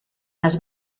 les